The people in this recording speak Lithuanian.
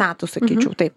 metų sakyčiau taip